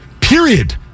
period